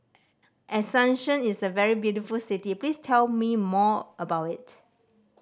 Asuncion is a very beautiful city please tell me more about it